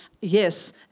yes